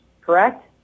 correct